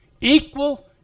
equal